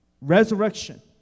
resurrection